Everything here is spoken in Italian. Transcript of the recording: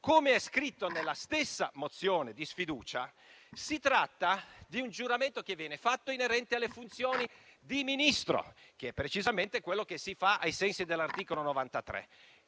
Come è scritto nella stessa mozione di sfiducia, si tratta di un giuramento inerente alle funzioni di Ministro, che è precisamente quello che si fa ai sensi dell'articolo 93.